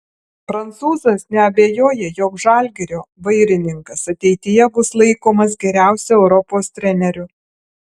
prancūzas neabejoja jog žalgirio vairininkas ateityje bus laikomas geriausiu europos treneriu